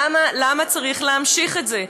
למה צריך להמשיך את זה?